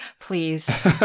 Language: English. Please